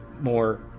more